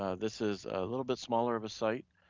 ah this is a little bit smaller of a site